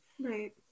Right